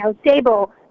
stable